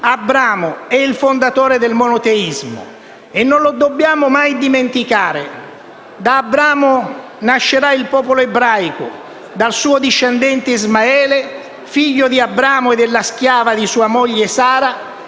Abramo, è il fondatore del monoteismo e non lo dobbiamo mai dimenticare. Da Abramo nascerà il popolo ebraico, dal suo discendente Ismaele, figlio di Abramo e della schiava di sua moglie Sara,